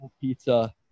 pizza